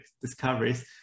discoveries